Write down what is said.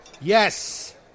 Yes